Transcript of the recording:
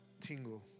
tingle